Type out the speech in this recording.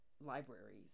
libraries